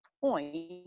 point